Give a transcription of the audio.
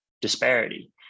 disparity